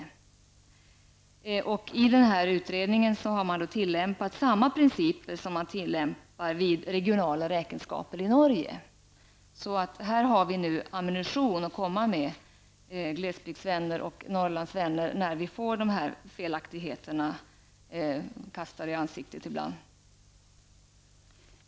I denna utredning har man tillämpat samma principer som man tillämpar vid regionala räkenskaper i Norge. Här har vi alltså ammunition att komma med, glesbygdsvänner och Norrlandsvänner, när vi ibland får dessa felaktigheter kastade i ansiktet.